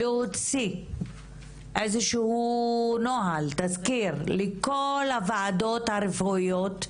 להוציא איזשהו נוהל, תזכיר לכל הוועדות הרפואיות,